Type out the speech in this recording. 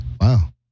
Wow